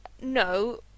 no